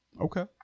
Okay